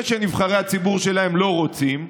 זה שנבחרי הציבור שלהם לא רוצים,